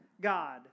God